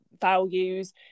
values